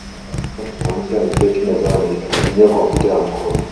Hapa naona mwanamke ameketi mezani, akitumia kompyuta ya mkono.